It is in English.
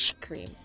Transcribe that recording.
cream